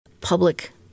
public